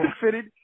fitted